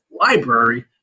library